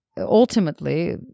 Ultimately